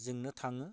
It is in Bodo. जोंनो थाङो